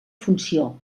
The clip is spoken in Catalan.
funció